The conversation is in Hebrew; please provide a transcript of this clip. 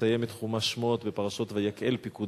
נסיים את חומש שמות בפרשות ויקהל-פקודי,